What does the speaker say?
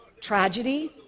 tragedy